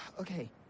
Okay